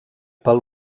pel